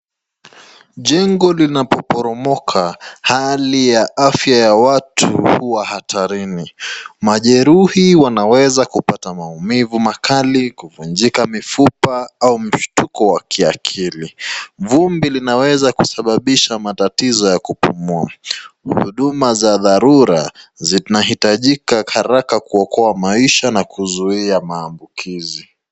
Jengo linapo poromoka hali ya afya ya watu huwa hatarini majeruhi wanaweza kupata maumivu makali, kuvunjika mifupa au mshtuko wa kiakili. Vumbi linaweza kusababisha matatizo ya kupumua. Huduma za dharura zinahitajika haraka kuokoa maisha na kuzuia maambukizi.